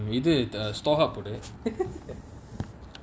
இது:ithu the stoha போடு:podu